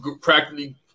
practically